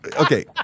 okay